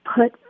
put